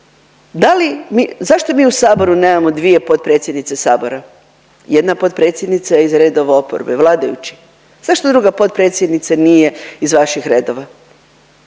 zašto mi u Saboru nemamo dvije potpredsjednice Sabora? Jedna potpredsjednica je iz redova oporbe. Vladajući zašto druga potpredsjednica nije iz vaših redova?